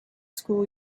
school